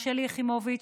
שלי יחימוביץ',